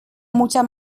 mucha